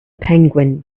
penguin